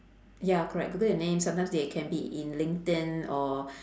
ya correct google your name sometimes they can be in linkedin or